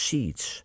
Seeds